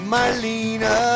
Marlena